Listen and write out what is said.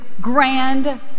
grand